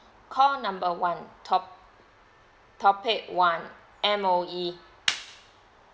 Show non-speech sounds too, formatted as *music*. call number one top topic one M_O_E *noise*